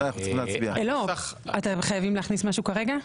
אתם חייבים להכניס משהו כרגע?